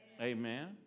Amen